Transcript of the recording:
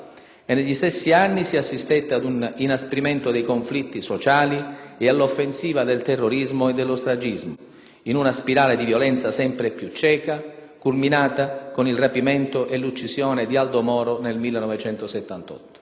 e negli stessi anni si assistette ad un inasprimento dei conflitti sociali e all'offensiva del terrorismo e dello stragismo, in una spirale di violenza sempre più cieca, culminata con il rapimento e l'uccisione di Aldo Moro nel 1978.